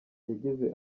yagize